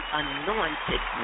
anointed